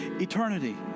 eternity